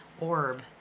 orb